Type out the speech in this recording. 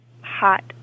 Hot